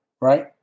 right